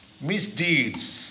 misdeeds